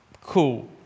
cool